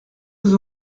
vous